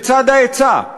בצד ההיצע.